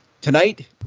tonight